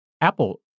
apple